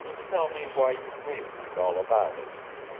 tell me why you came and all about it.